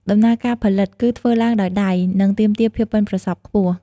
ដំណើរការផលិតគឺធ្វើឡើងដោយដៃ និងទាមទារភាពប៉ិនប្រសប់ខ្ពស់។